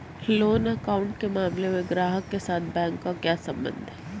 Loan account के मामले में ग्राहक के साथ बैंक का क्या संबंध है?